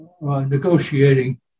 negotiating